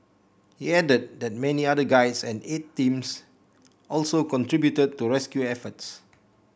he added that many other guides and aid teams also contributed to rescue efforts